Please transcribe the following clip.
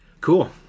Cool